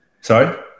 Sorry